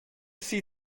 sie